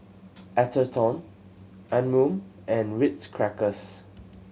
Atherton Anmum and Ritz Crackers